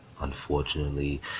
Unfortunately